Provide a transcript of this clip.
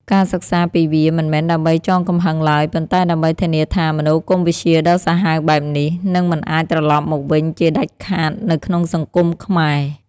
ការសិក្សាពីវា មិនមែនដើម្បីចងកំហឹងឡើយ ប៉ុន្តែដើម្បីធានាថា មនោគមវិជ្ជាដ៏សាហាវបែបនេះ នឹងមិនអាចត្រលប់មកវិញជាដាច់ខាតនៅក្នុងសង្គមខ្មែរ។